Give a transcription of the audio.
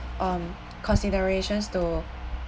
um considerations to